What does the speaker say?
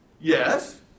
Yes